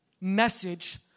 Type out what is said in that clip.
message